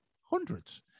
hundreds